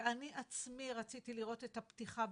שאני עצמי רציתי לראות את הפתיחה,